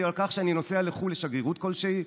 על כך שאני נוסע לחו"ל לשגרירות כלשהי?